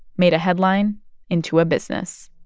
made a headline into a business